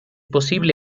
posible